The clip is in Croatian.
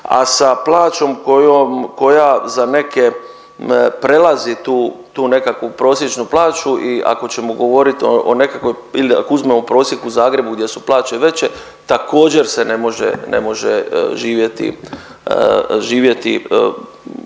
a sa plaćom kojom, koja za neke prelazi tu, tu nekakvu prosječnu plaću i ako ćemo govorit o nekakvoj ili ako uzmemo u prosjek u Zagrebu gdje su plaće veće, također se ne može, ne